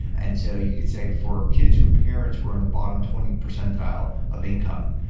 and so you could say for kids whose parents were in the bottom twenty percentile of income,